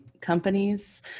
companies